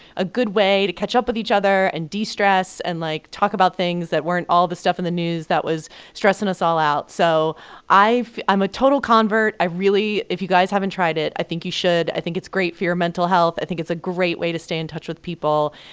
a good way to catch up with each other and de-stress and, like, talk about things that weren't all the stuff in the news that was stressing us all out. so i've i'm a total convert. i really if you guys haven't tried it, i think you should. i think it's great for your mental health. i think it's a great way to stay in touch with people.